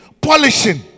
Polishing